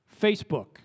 Facebook